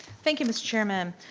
thank you mr. chairman.